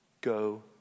Go